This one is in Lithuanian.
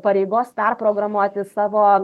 pareigos perprogramuoti savo